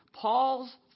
Paul's